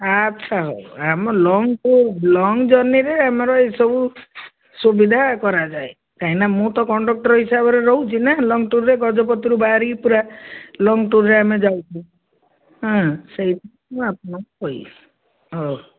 ଆଚ୍ଛା ହଉ ଆମ ଲଙ୍ଗ ଲଙ୍ଗ ଜର୍ନିରେ ଆମର ଏହିସବୁ ସୁବିଧା କରାଯାଏ କାହିଁକିନା ମୁଁ ତ କଣ୍ଡକ୍ଟର୍ ହିସାବରେ ରହୁଛି ନା ଲଙ୍ଗ ଟୁର୍ରେ ଗଜପତିରୁ ବାହାରିକି ପୁରା ଲଙ୍ଗ ଟୁର୍ରେ ଆମେ ଯାଉଛୁ ହଁ ସେଇ ମୁଁ ଆପଣଙ୍କୁ କହିଲି ହଉ